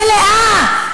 מלאה,